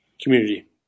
community